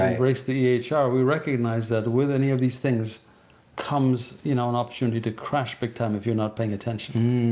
embraced the ah ehr. we recognize that with any of these things comes you know an opportunity to crash big time if you're not paying attention.